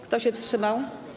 Kto się wstrzymał?